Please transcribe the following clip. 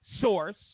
source